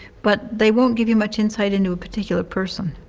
but they won't give you much insight into a particular person.